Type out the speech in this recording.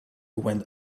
went